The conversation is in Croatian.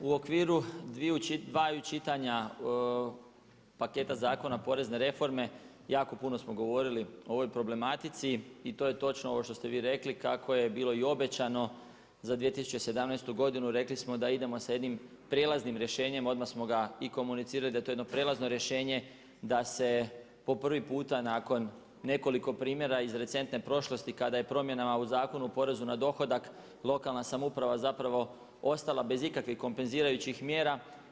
U okviru dvaju čitanja paketa zakona porezne reforme jako puno smo govorili o ovoj problematici i to je točno ovo što ste vi rekli kako je bilo i obećano za 2017. godinu, rekli smo da idemo sa jednim prijelaznim rješenjem, odmah smo ga i komunicirali da je to jedno prijelazno rješenje da se po prvi puta nakon nekoliko primjera iz recentne prošlosti kada je promjenama u Zakonu poreza na dohodak lokalna samouprava ostala bez ikakvih kompenzirajućih mjera.